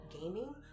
gaming